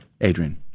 adrian